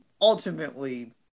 Ultimately